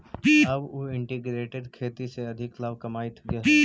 अब उ इंटीग्रेटेड खेती से अधिक लाभ कमाइत हइ